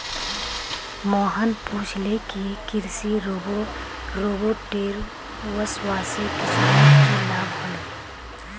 मोहन पूछले कि कृषि रोबोटेर वस्वासे किसानक की लाभ ह ले